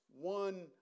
one